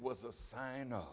was a sign of